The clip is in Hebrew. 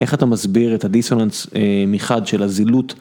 איך אתה מסביר את הדיסוננס מחד של הזילות